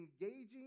engaging